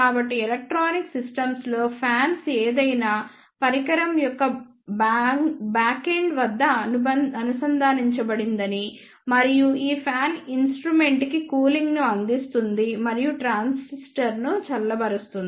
కాబట్టి ఎలక్ట్రానిక్ సిస్టమ్స్లో ఫ్యాన్ ఏదైనా పరికరం యొక్క బ్యాకెండ్ వద్ద అనుబంధించబడిందని మరియు ఈ ఫ్యాన్ ఇన్స్ట్రుమెంట్ కి కూలింగ్ ను అందిస్తుంది మరియు ట్రాన్సిస్టర్ను చల్లబరుస్తుంది